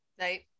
Right